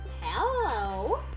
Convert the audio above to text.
Hello